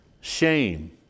shame